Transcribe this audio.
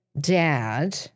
dad